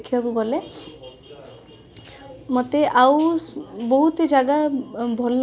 ଲଙ୍କା ଯାଇଥିଲେ ଓ ସେତୁ ନିର୍ମାଣ କରିଥିଲେ